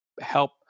help